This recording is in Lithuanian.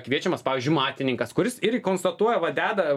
kviečiamas pavyzdžiui matininkas kuris irgi konstatuoja va deda